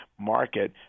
market